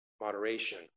moderation